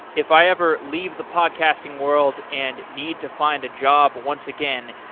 if i ever leave the podcasting world and need to find a job once again,